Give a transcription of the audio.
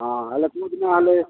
ହଁ ହେଲେ କୋଉଦିନ ହେଲେ